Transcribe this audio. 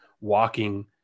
walking